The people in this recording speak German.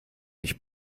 nicht